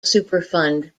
superfund